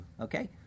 okay